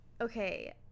okay